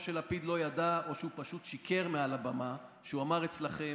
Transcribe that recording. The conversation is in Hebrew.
או שלפיד לא ידע או שהוא פשוט שיקר מעל הבמה כשהוא אמר אצלכם: